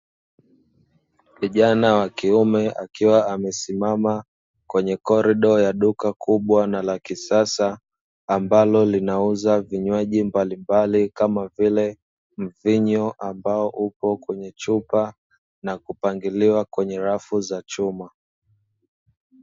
Vijana wa kiume akiwa amesimama kwenye kolido kubwa